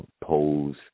Pose